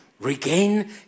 regain